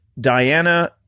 Diana